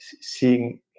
seeing